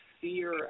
fear